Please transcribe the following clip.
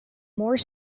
more